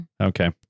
Okay